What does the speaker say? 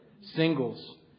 singles